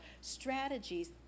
strategies